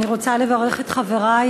אני רוצה לברך את חברי,